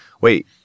Wait